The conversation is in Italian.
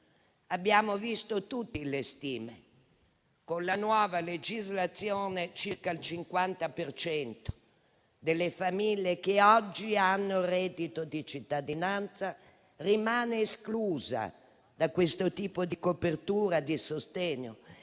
Abbiamo visto tutti le stime: con la nuova legislazione circa il 50 per cento delle famiglie che oggi hanno il reddito di cittadinanza rimane esclusa da questo tipo di copertura e di sostegno.